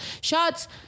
Shots